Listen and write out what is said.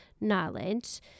knowledge